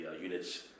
units